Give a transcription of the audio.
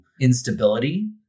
instability